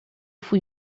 fui